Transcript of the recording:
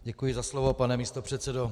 Děkuji za slovo, pane místopředsedo.